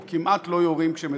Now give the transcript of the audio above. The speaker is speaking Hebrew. או כמעט לא יורים כשמדברים.